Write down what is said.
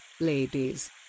Ladies